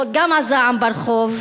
גם הזעם ברחוב,